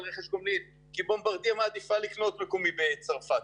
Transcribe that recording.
רכש גומלין כי בומברדייה מעדיפה לקנות מקומי בצרפת.